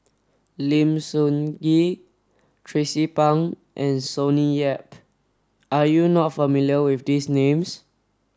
Lim Sun Gee Tracie Pang and Sonny Yap are you not familiar with these names